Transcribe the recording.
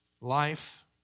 life